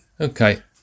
Okay